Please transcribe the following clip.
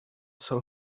sell